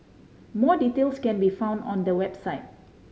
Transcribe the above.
more details can be found on the website